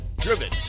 driven